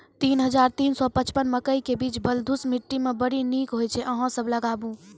तीन हज़ार तीन सौ पचपन मकई के बीज बलधुस मिट्टी मे बड़ी निक होई छै अहाँ सब लगाबु?